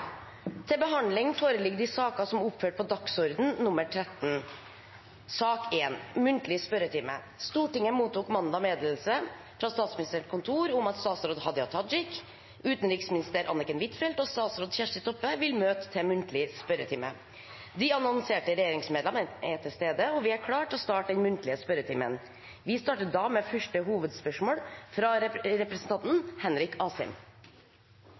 til og med 7. april. Stortinget mottok mandag meddelelse fra Statsministerens kontor om at statsråd Hadia Tajik, utenriksminister Anniken Huitfeldt og statsråd Kjersti Toppe vil møte til muntlig spørretime. De annonserte regjeringsmedlemmene er til stede, og vi er klare til å starte den muntlige spørretimen. Vi starter da med første hovedspørsmål, fra representanten Henrik Asheim.